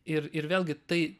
ir ir vėlgi tai